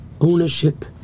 ownership